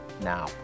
now